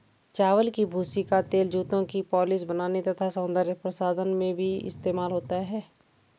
चावल की भूसी का तेल जूतों की पॉलिश बनाने तथा सौंदर्य प्रसाधन में भी इस्तेमाल होता है